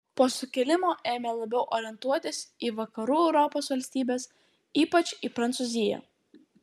po sukilimo ėmė labiau orientuotis į vakarų europos valstybes ypač į prancūziją